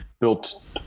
built